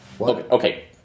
okay